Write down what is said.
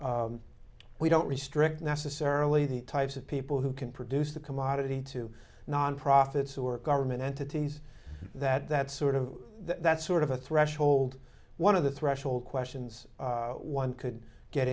don't we don't restrict necessarily the types of people who can produce the commodity to nonprofits or government entities that that sort of that's sort of a threshold one of the threshold questions one c